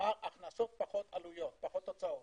כלומר הכנסות פחות הוצאות.